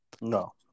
No